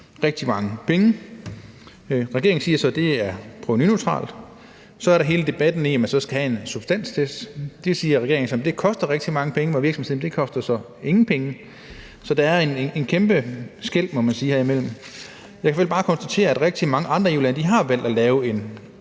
rigtig mange penge. Regeringen siger så, at det er provenuneutralt. Og så er der hele debatten om, om man skal have en substanstest. Det siger regeringen koster rigtig mange penge, mens virksomhederne siger, at det ingen penge koster. Så der er her et kæmpe skel, må man sige. Jeg kan i hvert fald bare konstatere, at rigtig mange andre EU-lande har valgt at lave en